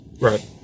Right